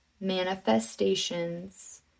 manifestations